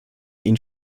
ihnen